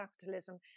Capitalism